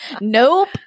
Nope